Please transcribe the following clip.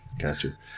Gotcha